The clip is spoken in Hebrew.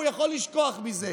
אם הוא יכול לשכוח מזה.